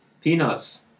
Peanuts